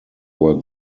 were